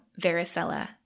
varicella